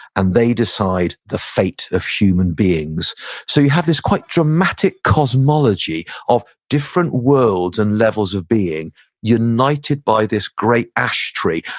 and they decide the fate of human beings so you have this quite dramatic cosmology of different worlds and levels of being united by this great ash tree.